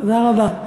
תודה רבה.